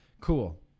Cool